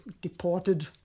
deported